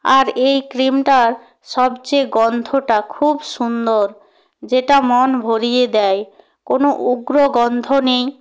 আর এই ক্রিমটার সবচেয়ে গন্ধটা খুব সুন্দর যেটা মন ভরিয়ে দেয় কোনো উগ্র গন্ধ নেই